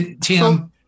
Tim